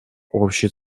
общей